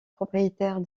propriétaire